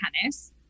tennis